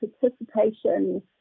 participation